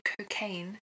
cocaine